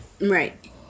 right